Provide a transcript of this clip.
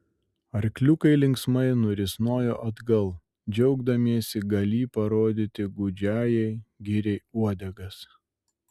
arkliukai linksmai nurisnojo atgal džiaugdamiesi galį parodyti gūdžiajai giriai uodegas